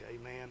amen